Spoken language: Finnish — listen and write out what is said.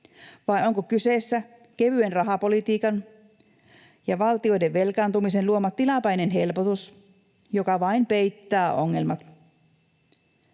vai onko kyseessä kevyen rahapolitiikan ja valtioiden velkaantumisen luoma tilapäinen helpotus, joka vain peittää ongelmat.